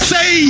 Say